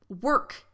work